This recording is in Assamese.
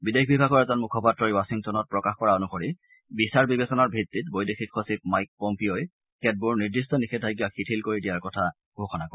বিদেশ বিভাগৰ এজন মুখপাত্ৰই ৱাথিংটনত প্ৰকাশ কৰা অনুসৰি বিচাৰ বিবেচনাৰ ভিত্তিত বৈদেশিক সচিব মাইক পম্পিআই কেতবোৰ নিৰ্দিষ্ট নিষেধাজ্ঞা শিথিল কৰি দিয়াৰ কথা ঘোষণা কৰে